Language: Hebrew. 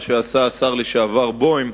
מה שעשה השר לשעבר בוים,